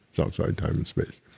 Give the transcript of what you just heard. it's outside time and space,